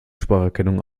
spracherkennung